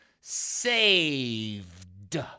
saved